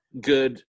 good